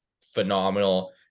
phenomenal